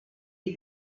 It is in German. die